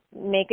make